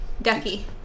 Ducky